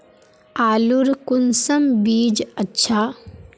आलूर कुंसम बीज अच्छा?